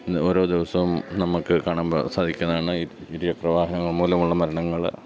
ഓരോ ദിവസവും നമക്ക് കാണുവാൻ സാധിക്കുന്നതാണ് ഇരുചക്ര വാഹനങ്ങൾ മൂലമുള്ള മരണങ്ങൾ